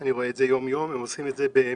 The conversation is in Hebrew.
אני רואה את זה יום-יום, הם עושים את זה במסירות,